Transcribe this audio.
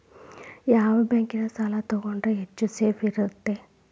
ಯಾವ ಬ್ಯಾಂಕಿನ ಸಾಲ ತಗೊಂಡ್ರೆ ಹೆಚ್ಚು ಸೇಫ್ ಇರುತ್ತಾ?